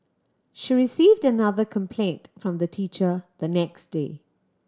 she received another complaint from the teacher the next day